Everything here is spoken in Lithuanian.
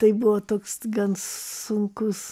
tai buvo toks gan sunkus